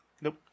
Nope